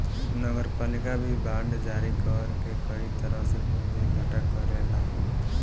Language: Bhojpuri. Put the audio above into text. नगरपालिका भी बांड जारी कर के कई तरह से पूंजी इकट्ठा करेला